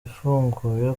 ifunguye